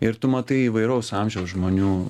ir tu matai įvairaus amžiaus žmonių